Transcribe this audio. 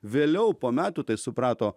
vėliau po metų tai suprato